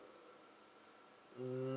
mm